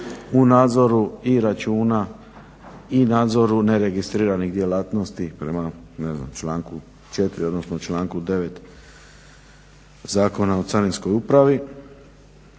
u nadzoru i računa i nadzoru neregistriranih djelatnosti prema ne znam članku 4., odnosno članku 9. Zakona o Carinskoj upravi.